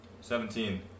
Seventeen